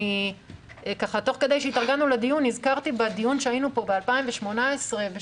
תוך כדי שהתארגנו לדיון נזכרתי בדיון שהיה פה ב-2018 ערב צוק איתן,